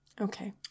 Okay